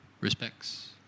respects